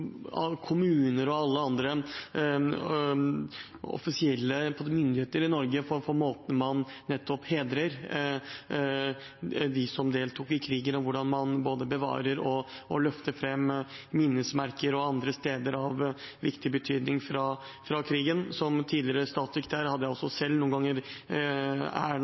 og alle andre offisielle myndigheter i Norge for måten man hedrer dem som deltok i krigen, og hvordan man både bevarer og løfter fram minnesmerker og andre steder av viktig betydning fra krigen. Som tidligere statssekretær hadde jeg også selv noen ganger æren